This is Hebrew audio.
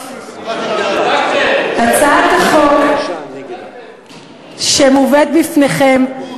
למה את מתגרה, הצעת החוק שמובאת בפניכם,